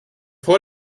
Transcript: vor